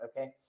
Okay